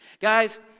Guys